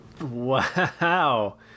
Wow